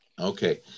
Okay